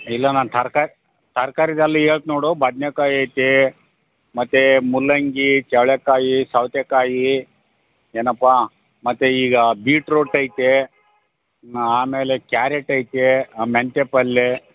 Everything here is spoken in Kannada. ಇಲ್ಲ ನಾನು ತರ್ಕಾರಿ ತರ್ಕಾರಿಯಲ್ಲಿ ಹೇಳ್ತೆ ನೋಡು ಬದ್ನೇಕಾಯಿ ಐತೆ ಮತ್ತು ಮೂಲಂಗಿ ಚವ್ಳಿಕಾಯಿ ಸೌತೆಕಾಯಿ ಏನಪ್ಪ ಮತ್ತು ಈಗ ಬೀಟ್ರೂಟ್ ಐತೆ ಆಮೇಲೆ ಕ್ಯಾರೆಟ್ ಐತೆ ಹಾಂ ಮೆಂತ್ಯೆ ಪಲ್ಲೆ